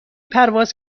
پرواز